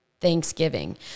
thanksgiving